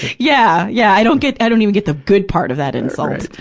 yeah, yeah. i don't get, i don't even get the good part of that insult!